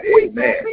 Amen